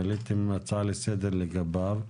שהעליתם הצעה לסדר לגביו.